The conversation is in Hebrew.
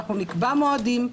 אנחנו נקבע מועדים',